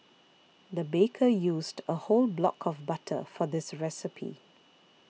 the baker used a whole block of butter for this recipe